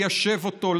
ליישב אותו,